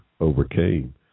overcame